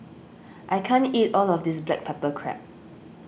I can't eat all of this Black Pepper Crab